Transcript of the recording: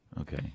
Okay